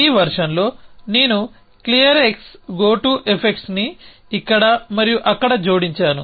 ఈ వెర్షన్లో నేను Clear గో టు ఎఫెక్ట్స్ని ఇక్కడ మరియు అక్కడ జోడించాను